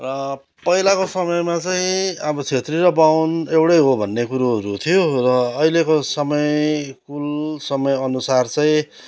र पहिलाको समयमा चाहिँ अब छेत्री र बाहुन एउटै हो भन्ने कुरोहरू थियो र अहिलेको समय कुल समयअनुसार चाहिँ